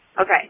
Okay